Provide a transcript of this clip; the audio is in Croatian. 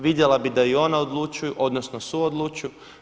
Vidjela bi da i ona odlučuju, odnosno suodlučuju.